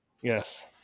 Yes